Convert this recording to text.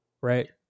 right